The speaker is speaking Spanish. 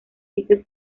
sitios